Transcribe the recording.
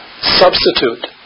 substitute